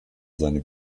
seine